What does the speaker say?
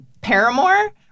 Paramore